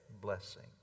Blessing